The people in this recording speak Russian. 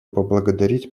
поблагодарить